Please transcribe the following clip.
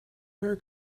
where